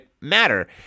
matter